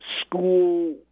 school